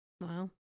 Wow